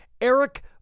Eric